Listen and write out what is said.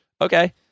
okay